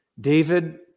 David